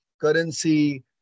currency